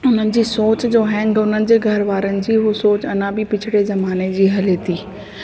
हुननि जी सोच जो आहिनि हुननि जे घर वारनि जी हूअ सोच अञा बि पिछले ज़माने जी हले थी